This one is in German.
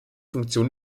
funktion